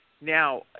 Now –